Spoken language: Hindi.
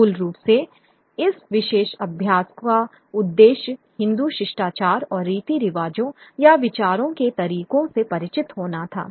मूल रूप से इस विशेष अभ्यास का उद्देश्य हिंदू शिष्टाचार और रीति रिवाजों या विचारों के तरीकों से परिचित होना था